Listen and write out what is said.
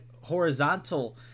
horizontal